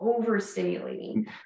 overstimulating